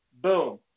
Boom